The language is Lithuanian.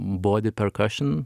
body percussion